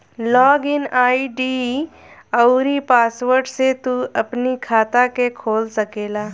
log in ID अउरी password से तू अपनी खाता के खोल सकेला